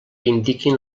indiquin